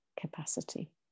capacity